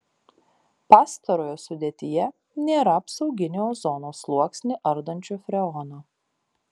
pastarojo sudėtyje nėra apsauginį ozono sluoksnį ardančio freono